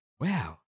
wow